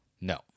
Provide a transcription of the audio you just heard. No